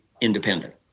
independent